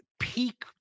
Peak